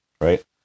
right